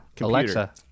Alexa